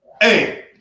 Hey